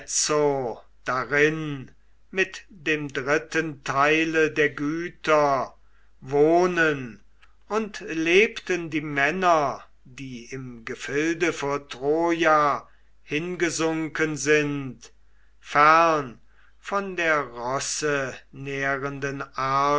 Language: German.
darin mit dem dritten teile der güter wohnen und lebten die männer die im gefilde vor troja hingesunken sind fern von der rossenährenden